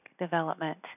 development